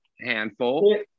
handful